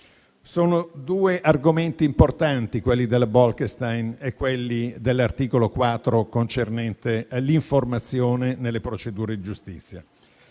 Sono due argomenti importanti, quelli della Bolkestein e dell'articolo 4 concernente l'informazione nelle procedure di giustizia.